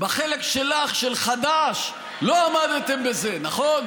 בחלק שלך, של חד"ש, לא עמדתם בזה, נכון?